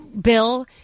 bill